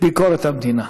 ביקורת המדינה.